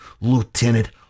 Lieutenant